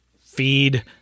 feed